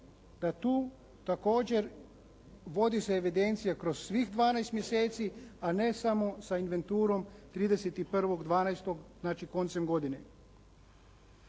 da tu također vodi se evidencija kroz svih dvanaest mjeseci a ne samo sa inventurom 31.12., znači koncem godine.